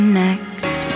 next